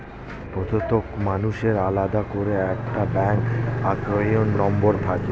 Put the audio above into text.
প্রত্যেক মানুষের আলাদা করে একটা ব্যাঙ্ক অ্যাকাউন্ট নম্বর থাকে